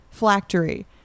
flactory